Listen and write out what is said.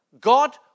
God